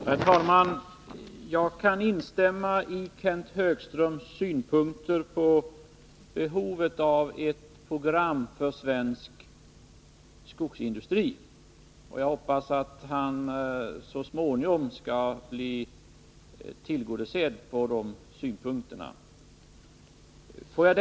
Herr talman! Jag kan instämma i Kenth Högströms synpunkter när det gäller behovet av ett program för svensk skogsindustri. Jag hoppas att han så småningom skall få det önskemålet tillgodosett.